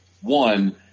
One